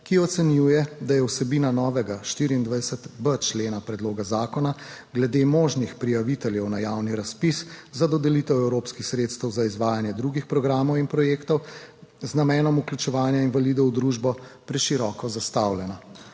ki ocenjuje, da je vsebina novega 24.b člena predloga zakona glede možnih prijaviteljev na javni razpis za dodelitev evropskih sredstev za izvajanje drugih programov in projektov z namenom vključevanja invalidov v družbo preširoko zastavljena.